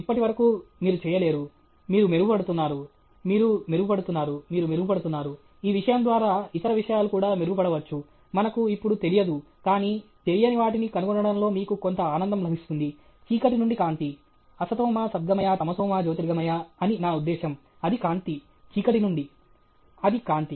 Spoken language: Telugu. ఇప్పటివరకు మీరు చేయలేరు మీరు మెరుగుపడుతున్నారు మీరు మెరుగుపడుతున్నారు మీరు మెరుగుపడుతున్నారు ఈ విషయం ద్వారా ఇతర విషయాలు కూడా మెరుగుపడవచ్చు మనకు ఇప్పుడు తెలియదు కానీ తెలియని వాటిని కనుగొనడంలో మీకు కొంత ఆనందం లభిస్తుంది చీకటి నుండి కాంతి అసతోమా సద్గామయ తమోసోమా జ్యోతిర్గామయ అని నా ఉద్దేశ్యం అది కాంతి చీకటి నుండి అది కాంతి